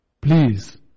Please